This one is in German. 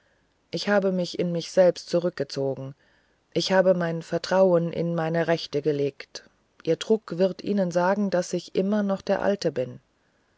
ich habe mich in mich selbst zurückgezogen ich habe mein vertrauen in meine rechte gelegt ihr druck wird ihnen sagen daß ich noch immer der alte bin